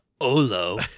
Olo